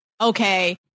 okay